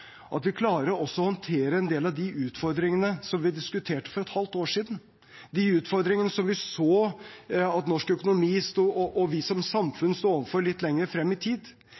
at vi også klarer å håndtere en del av de utfordringene som vi diskuterte for et halvt år siden – de utfordringene som vi så at norsk økonomi og vi som samfunn sto overfor litt lenger frem i tid.